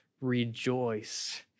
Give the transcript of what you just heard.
rejoice